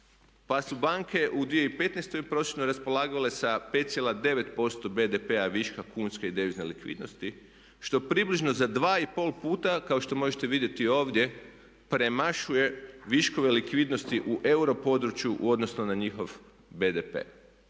pa su banke u 2015. prosječno raspolagale sa 5,9% BDP-a viška kunske i devizne likvidnosti što približno za dva i pol puta kao što možete vidjeti ovdje premašuje viškove likvidnosti u euro području u odnosu na njihov BDP.